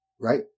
right